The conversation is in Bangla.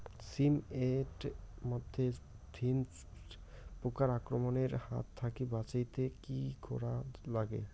শিম এট মধ্যে থ্রিপ্স পোকার আক্রমণের হাত থাকি বাঁচাইতে কি করা লাগে?